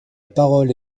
parole